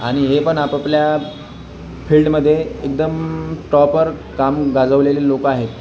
आणि हे पण आपापल्या फील्डमध्ये एकदम प्रॉपर काम गाजवलेले लोक आहेत